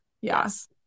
Yes